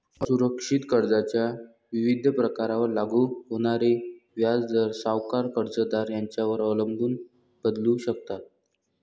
असुरक्षित कर्जाच्या विविध प्रकारांवर लागू होणारे व्याजदर सावकार, कर्जदार यांच्यावर अवलंबून बदलू शकतात